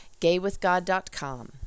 gaywithgod.com